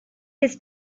his